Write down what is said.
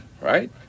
Right